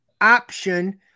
option